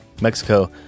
Mexico